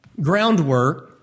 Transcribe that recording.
groundwork